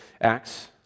Acts